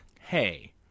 Hey